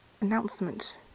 announcement